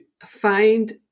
find